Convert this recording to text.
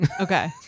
Okay